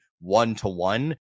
one-to-one